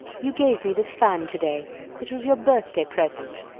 you gave me this fan to-day it was your birthday present.